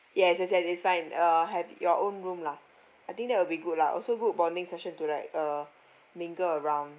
yes yes yes it's fine uh have your own room lah I think that will be good lah also good bonding session to like uh mingle around